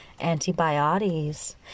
Antibiotics